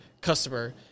customer